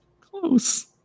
Close